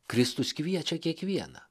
kristus kviečia kiekvieną